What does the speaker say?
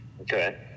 Okay